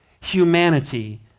humanity